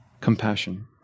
compassion